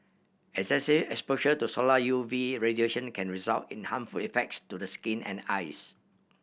exposure to solar U V radiation can result in harmful effects to the skin and eyes